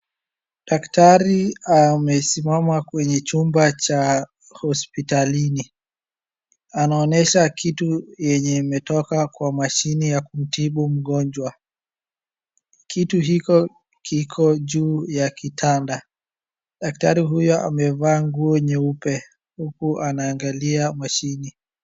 Daktari amesimama kwenye chumba cha hospitalini. Anaonyesha kitu yenye imetoka kwa mashini ya kumtibu mgonjwa. Kitu hicho kiko juu ya kitanda. Daktari huyo amevaa nguo nyeupe huku akiangalia mashini.